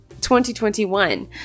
2021